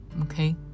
Okay